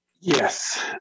yes